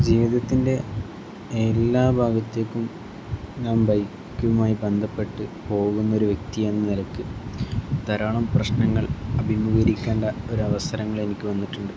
ജീവിതത്തിൻ്റെ എല്ലാ ഭാഗത്തേക്കും ഞാൻ ബൈക്കുമായി ബന്ധപ്പെട്ട് പോകുന്ന ഒരു വ്യക്തിയെന്ന നിലക്ക് ധാരാളം പ്രശ്നങ്ങൾ അഭിമുഖീകരിക്കേണ്ട ഒരു അവസരങ്ങൾ എനിക്ക് വന്നിട്ടുണ്ട്